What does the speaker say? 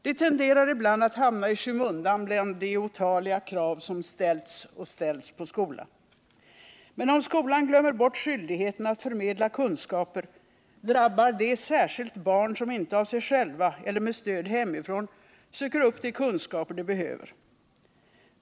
Det tenderar ibland att hamna i skymundan bland de otaliga krav som ställts och ställs på skolan. Men om skolan glömmer bort skyldigheten att förmedla kunskaper, drabbar det särskilt barn som inte av sig själva eller med stöd hemifrån söker upp de kunskaper de behöver.